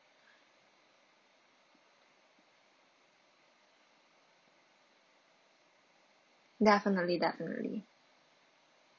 definitely definitely